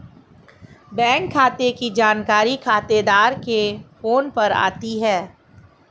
bank खाते की जानकारी खातेदार के फोन पर आती है